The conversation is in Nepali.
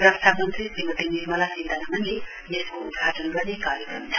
रक्षा मन्त्री श्रीमती निर्मला सीतारमनले यसको उद्घाटन गर्ने कार्यक्रम छ